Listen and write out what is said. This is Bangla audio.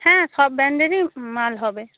হ্যাঁ সব ব্র্যান্ডেরই মাল হবে